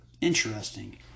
interesting